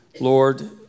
Lord